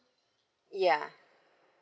ya